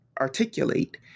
articulate